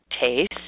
Taste